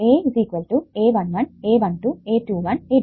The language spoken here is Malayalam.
A a11 a12 a21 a22